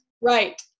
Right